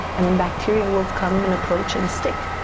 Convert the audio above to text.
and then bacteria will come and approach and stick,